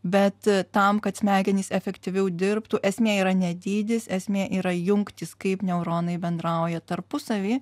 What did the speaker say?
bet tam kad smegenys efektyviau dirbtų esmė yra ne dydis esmė yra jungtys kaip neuronai bendrauja tarpusavy